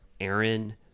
Aaron